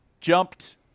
jumped